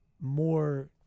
more